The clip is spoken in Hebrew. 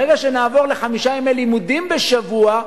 ברגע שנעבור לחמישה ימי לימודים בשבוע,